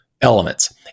elements